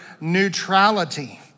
Neutrality